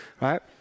right